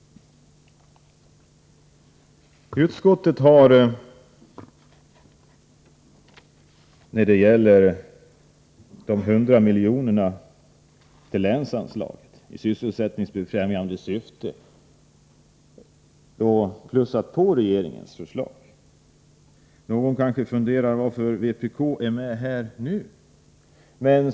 Utskottet har plussat 100 miljoner på regeringens förslag till länsanslaget i sysselsättningsbefrämjande syfte. Kanske någon undrar varför vpk är med på detta.